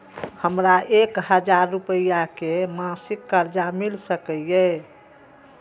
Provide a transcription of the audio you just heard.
हमरा एक हजार रुपया के मासिक कर्जा मिल सकैये?